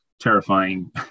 terrifying